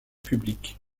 public